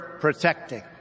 protecting